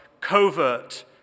covert